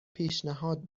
پیشنهاد